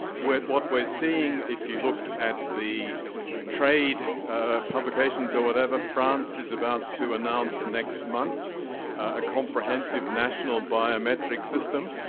what what we're seeing, if you look at the trade publications or whatever, france is about to announce next month a comprehensive national biometric system.